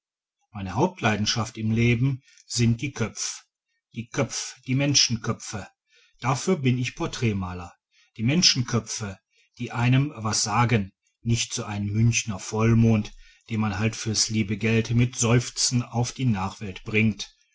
meine hauptleidenschaft im leben sind die köpf die köpf die menschenköpfe dafür bin ich porträtmaler die menschenköpfe die einem was sagen nicht so ein münchener vollmond den man halt fürs liebe geld mit seufzen auf die nachwelt bringt